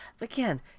again